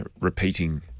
repeating